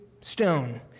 stone